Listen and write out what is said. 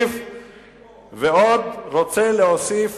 ועוד הוא רצה להוסיף